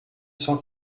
cent